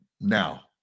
Now